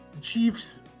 Chiefs